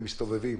והם מסתובבים.